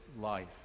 life